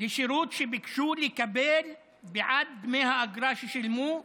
לשירות שביקשו לקבל בעד דמי האגרה ששילמו,